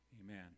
Amen